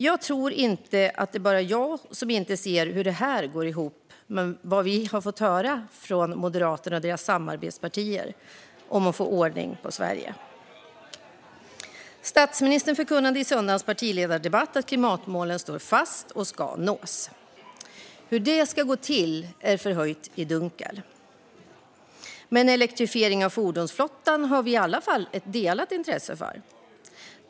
Jag tror inte att det bara är jag som inte ser hur detta går ihop. Men vad vi har fått höra från Moderaterna och deras samarbetspartier är att det handlar om att få ordning på Sverige. Statsministern förkunnade i söndagens partiledardebatt att klimatmålen står fast och ska nås. Hur det ska gå till är höljt i dunkel. Men elektrifiering av fordonsflottan har vi i alla fall ett delat intresse för.